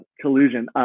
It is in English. collusion